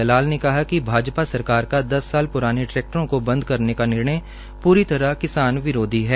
दलाल ने कहा है कि भाजपा सरकार को दस साल पुराने ट्टैक्टरों को बदं करने का निर्णय पूरी तरह किसान विरोधी है